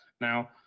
Now